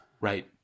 Right